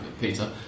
Peter